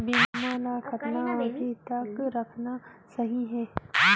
बीमा ल कतना अवधि तक रखना सही हे?